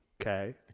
Okay